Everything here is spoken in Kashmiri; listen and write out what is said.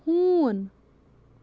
ہوٗن